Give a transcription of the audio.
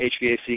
HVAC